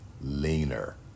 leaner